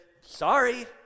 sorry